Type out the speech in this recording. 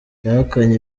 yahakanye